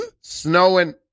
snowing